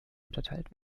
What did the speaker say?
unterteilt